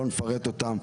לא נפרט אותם,